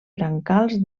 brancals